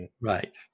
Right